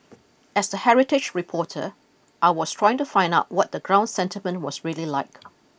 as the heritage reporter I was trying to find out what the ground sentiment was really like